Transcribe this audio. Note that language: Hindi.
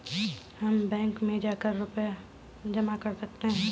हम बैंक में जाकर कैसे रुपया जमा कर सकते हैं?